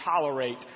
tolerate